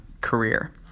career